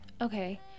Okay